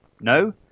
No